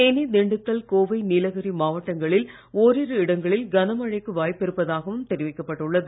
தேனி திண்டுக்கல் கோவை நீலகிரி மாவட்டங்களில் ஓரிரு இடங்களில் கனமழைக்கு வாய்ப்பு இருப்பதாகவும் தெரிவிக்கப்பட்டு உள்ளது